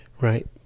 Right